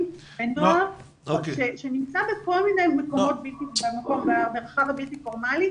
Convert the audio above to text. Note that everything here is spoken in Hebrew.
בנוער שנמצא בכל מיני מקומות במרחב הבלתי פורמלי.